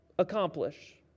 accomplish